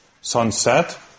sunset